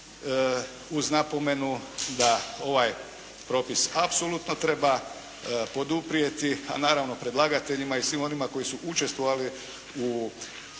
uz napomenu da ovaj propis apsolutno treba poduprijeti, a naravno predlagateljima i svima onima koji su učestvovali u